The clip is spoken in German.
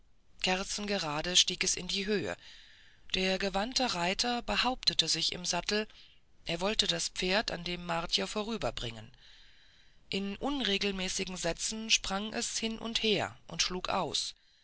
kerzengerade stieg es in die höhe der gewandte reiter behauptete sich im sattel er wollte das pferd an dem martier vorüberbringen in unregelmäßigen sätzen sprang es hin und her und schlug aus